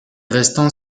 restant